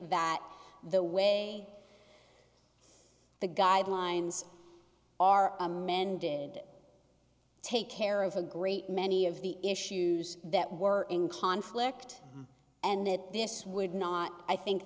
that the way the guidelines are amended to take care of a great many of the issues that were in conflict and that this would not i think